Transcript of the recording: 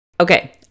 Okay